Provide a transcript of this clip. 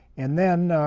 and then,